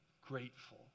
grateful